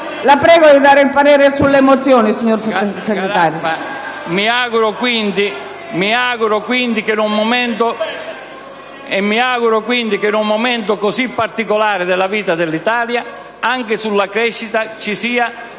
Mi auguro quindi che, in un momento così particolare della vita dell'Italia, anche sulla crescita ci sia univocità